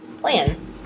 plan